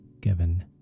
given